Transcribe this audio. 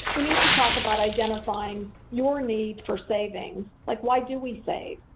we need to talk about identifying your need for savings. like why do we save?